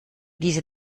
diese